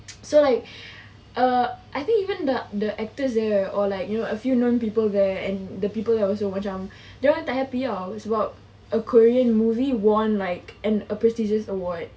so like uh I think even the the actors there or like you know a few known people there and the people yang selalu macam dorang tak happy [tau] sebab a korean movie won like an a prestigious award